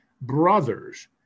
brothers